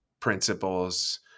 principles